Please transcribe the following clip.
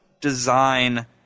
design